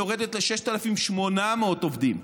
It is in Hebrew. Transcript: היא יורדת ל-6,800 עובדים.